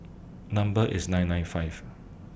Number IS nine nine five